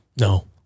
No